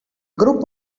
group